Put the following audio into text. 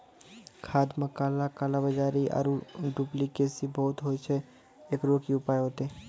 खाद मे काला कालाबाजारी आरु डुप्लीकेसी बहुत होय छैय, एकरो की उपाय होते?